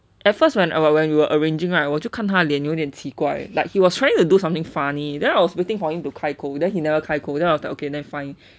at first when about when you are arranging right 我就看他脸有点奇怪 like he was trying to do something funny then I was waiting for him to 开口 then he never 开口 then I was like okay lah fine